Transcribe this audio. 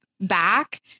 back